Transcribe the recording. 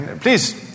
Please